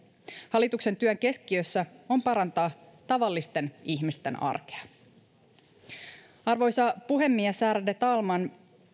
hallituksen työn keskiössä on parantaa tavallisten ihmisten arkea arvoisa puhemies ärade talman